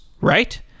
right